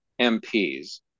MPs